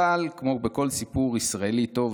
אבל כמו בסיפור ישראלי טוב,